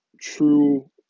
true